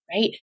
right